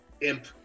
imp